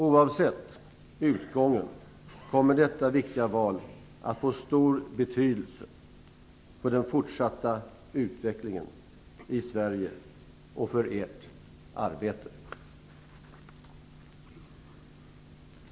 Oavsett utgången kommer detta viktiga val att få stor betydelse för den fortsatta utvecklingen i Sverige och för ert arbete.